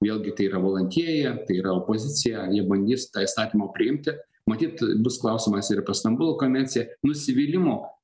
vėlgi tai yra valdantieji tai yra opozicija jie bandys tą įstatymą priimti matyt bus klausimas ir apie stambulo konvenciją nusivylimo